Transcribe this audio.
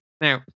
Now